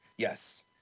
Yes